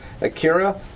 Akira